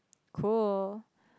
cool